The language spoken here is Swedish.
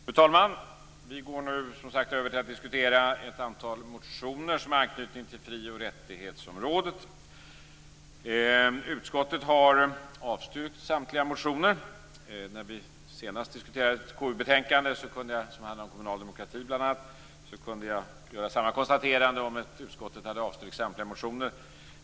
Fru talman! Vi skall nu diskutera ett antal motioner som har anknytning till fri och rättighetsområdet. Utskottet har avstyrkt samtliga motioner. När vi senast diskuterade ett KU-betänkande, vilket bl.a. handlade om kommunal demokrati, kunde jag göra samma konstaterande, dvs. att utskottet hade avstyrkt samtliga motioner.